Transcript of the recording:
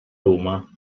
roma